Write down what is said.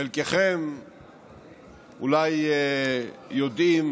חלקכם אולי יודעים